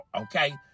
okay